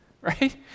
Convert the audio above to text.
Right